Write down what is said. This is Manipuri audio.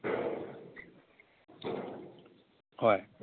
ꯍꯣꯏ